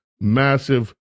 massive